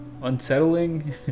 unsettling